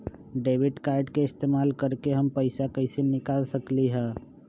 Debit card के इस्तेमाल करके हम पैईसा कईसे निकाल सकलि ह?